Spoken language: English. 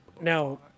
Now